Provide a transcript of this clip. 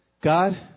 God